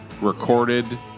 recorded